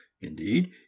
indeed